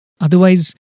Otherwise